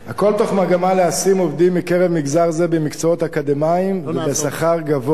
הכול מתוך מגמה להשים עובדים מקרב מגזר זה במקצועות אקדמיים ובשכר גבוה.